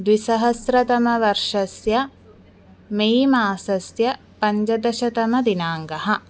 द्विसहस्रतमवर्षस्य मे मासस्य पञ्चदशतमदिनाङ्कः